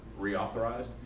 reauthorized